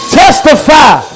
testify